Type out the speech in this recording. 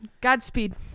Godspeed